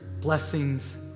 blessings